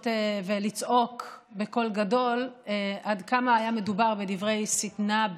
לצעוק בקול גדול עד כמה היה מדובר בדברי שטנה,